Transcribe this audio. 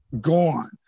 gone